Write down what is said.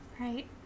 Right